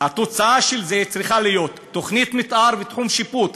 התוצאה של זה צריכה להיות תוכנית מתאר ותחום שיפוט.